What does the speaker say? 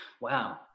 wow